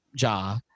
Ja